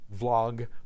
vlog